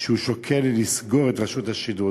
שהוא שוקל לסגור את רשות השידור.